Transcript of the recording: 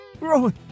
Rowan